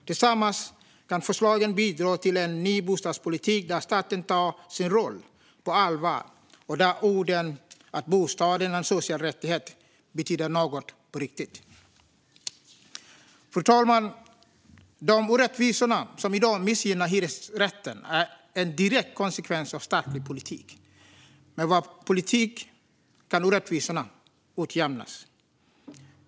Tillsammans kan förslagen bidra till en ny bostadspolitik där staten tar sin roll på allvar och där orden att bostaden är en social rättighet betyder något på riktigt. De orättvisor som i dag missgynnar hyresrätten är en direkt konsekvens av statlig politik. Med vår politik kan orättvisorna utjämnas.